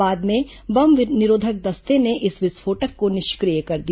बाद में बम निरोधक दस्ते ने इस विस्फोटक को निष्क्रिय कर दिया